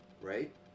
right